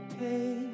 pay